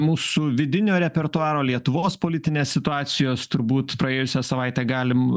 mūsų vidinio repertuaro lietuvos politinės situacijos turbūt praėjusią savaitę galim